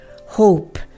hope